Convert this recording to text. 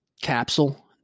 capsule